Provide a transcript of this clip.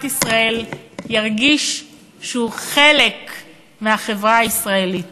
ישראל ירגיש שהוא חלק מהחברה הישראלית.